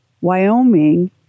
Wyoming